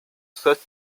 such